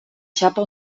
xapa